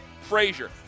Frazier